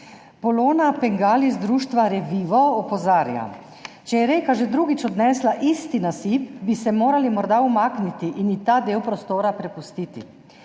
Polona Pengal iz društva Revivo opozarja: »Če je reka že drugič odnesla isti nasip, bi se morali morda umakniti in ji ta del prostora prepustiti.